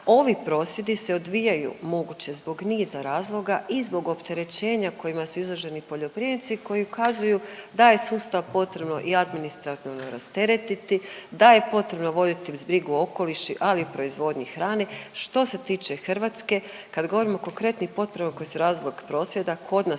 Ovi prosvjedi se odvijaju moguće zbog niza razloga i zbog opterećenja kojima su izloženi poljoprivrednici koji ukazuju da je sustav potrebno i administrativno rasteretiti, da je potrebno voditi brigu o okolišu, ali i proizvodnji hrane. Što se tiče Hrvatske kad govorim o konkretnim potporama koje su razlog prosvjeda